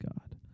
God